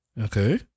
Okay